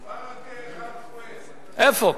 איפה?